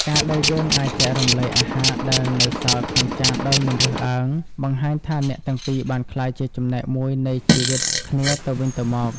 ការដែលយើងអាចចែករំលែកអាហារដែលនៅសល់ក្នុងចានដោយមិនរើសអើង បង្ហាញថាអ្នកទាំងពីរបានក្លាយជាចំណែកមួយនៃជីវិតគ្នាទៅវិញទៅមក។